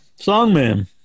Songman